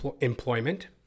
employment